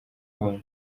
ubumwe